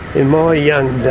in my young